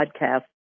podcast